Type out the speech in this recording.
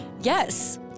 Yes